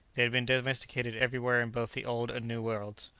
they have been domesticated everywhere in both the old and new worlds.